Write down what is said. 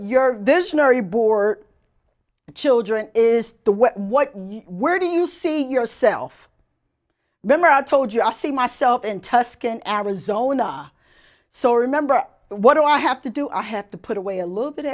your visionary bore children is the way what where do you see yourself remember i told you i see myself in tuscon arizona so remember what i have to do i have to put away a little bit